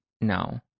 No